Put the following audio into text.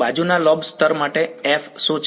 બાજુના લોબ સ્તર માટે F શું છે